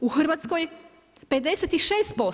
U Hrvatskoj 56%